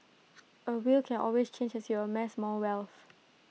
A will can always change as you amass more wealth